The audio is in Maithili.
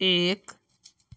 एक